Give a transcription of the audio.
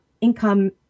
income